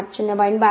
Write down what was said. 08 0